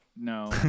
no